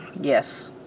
Yes